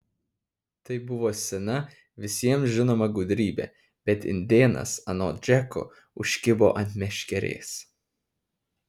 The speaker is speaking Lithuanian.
tai buvo sena visiems žinoma gudrybė bet indėnas anot džeko užkibo ant meškerės